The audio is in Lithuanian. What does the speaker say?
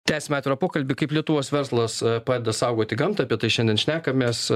tęsiame atvirą pokalbį kaip lietuvos verslas padeda saugoti gamtą apie tai šiandien šnekamės